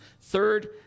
Third